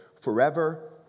forever